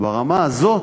ברמה הזאת,